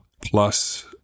plus